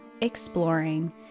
exploring